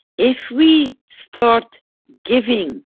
if we start giving